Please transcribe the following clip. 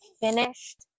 finished